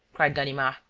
cried ganimard.